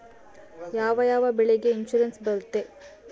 ಯಾವ ಯಾವ ಬೆಳೆಗೆ ಇನ್ಸುರೆನ್ಸ್ ಬರುತ್ತೆ?